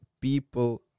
people